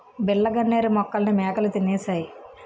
బిళ్ళ గన్నేరు మొక్కల్ని మేకలు తినేశాయి